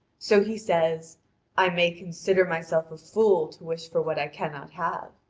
so he says i may consider myself a fool to wish for what i cannot have.